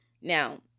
Now